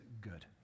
good